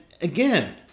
again